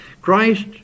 Christ